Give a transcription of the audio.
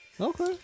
Okay